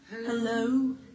Hello